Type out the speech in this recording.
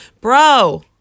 Bro